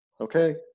Okay